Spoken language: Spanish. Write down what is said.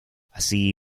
así